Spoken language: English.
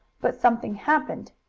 but something happened,